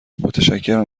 متشکرم